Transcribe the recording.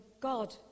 God